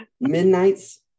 Midnight's